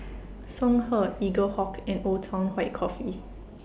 Songhe Eaglehawk and Old Town White Coffee